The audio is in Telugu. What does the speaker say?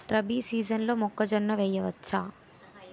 రబీ సీజన్లో మొక్కజొన్న వెయ్యచ్చా?